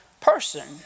person